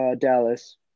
Dallas